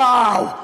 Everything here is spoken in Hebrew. וואו.